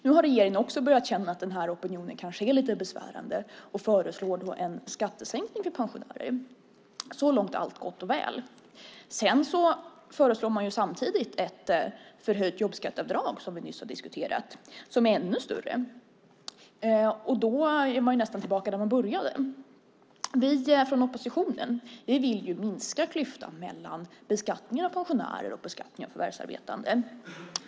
Nu har regeringen också börjat känna att den här opinionen kanske är lite besvärande. Man föreslår då en skattesänkning för pensionärer. Så långt är allt gott och väl. Samtidigt föreslår man ett förhöjt jobbskatteavdrag, som vi nyss har diskuterat, som är ännu större. Då är man nästan tillbaka där man började. Vi från oppositionen vill minska klyftan mellan beskattningen av pensionärer och beskattningen av förvärvsarbetande.